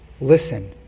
listen